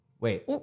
Wait